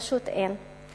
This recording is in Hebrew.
פשוט אין.